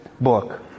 book